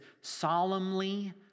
...solemnly